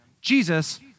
Jesus